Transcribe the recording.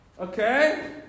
Okay